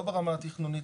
לא ברמה התכנונית,